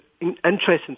interesting